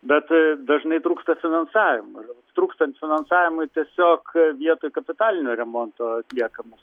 bet dažnai trūksta finansavimo trūkstant finansavimui tiesiog vietoj kapitalinio remonto atliekamas